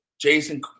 Jason